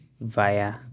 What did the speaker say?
via